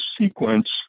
sequence